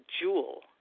jewel